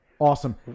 awesome